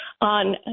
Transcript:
on